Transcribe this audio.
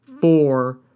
four